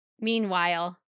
Meanwhile